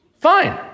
Fine